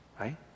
Right